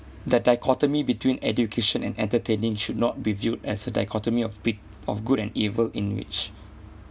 the dichotomy between education and entertaining should not be viewed as a dichotomy of weak of good and evil in which